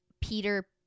peter